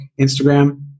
instagram